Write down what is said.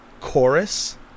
chorus